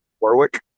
Warwick